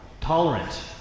Tolerant